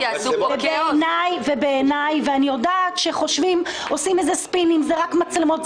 אני יודעת שעושים ספינים שזה רק מצלמות,